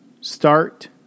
Start